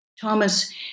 Thomas